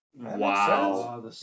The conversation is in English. Wow